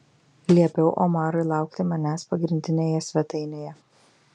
liepiau omarui laukti manęs pagrindinėje svetainėje